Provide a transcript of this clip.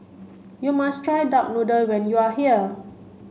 you must try duck noodle when you are here